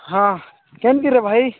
ହଁ କେମତିରେ ଭାଇ